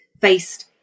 faced